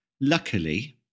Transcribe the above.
Luckily